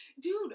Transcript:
Dude